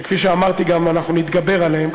שכפי שאמרתי גם אנחנו נתגבר עליהם,